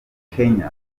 kenya